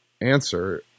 answer